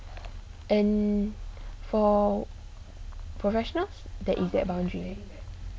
and for professionals that is that boundary